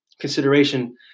consideration